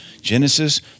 Genesis